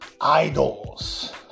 Idols